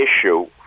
issue